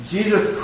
Jesus